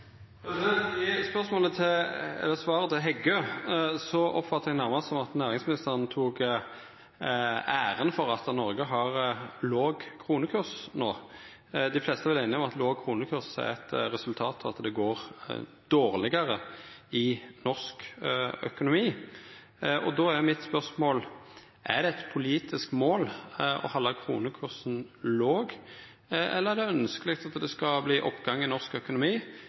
I svaret til Heggø oppfattar eg nærmast at næringsministeren tok æra for at Noreg har låg kronekurs no. Dei fleste er vel einige om at låg kronekurs er eit resultat av at det går dårlegare i norsk økonomi. Då er mitt spørsmål: Er det eit politisk mål å halda kronekursen låg, eller er det ønskjeleg at det skal verta oppgang i norsk økonomi,